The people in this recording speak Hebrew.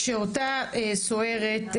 שאותה סוהרת,